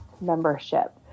membership